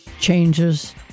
changes